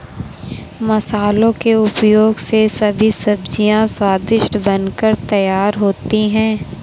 मसालों के उपयोग से सभी सब्जियां स्वादिष्ट बनकर तैयार होती हैं